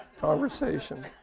conversation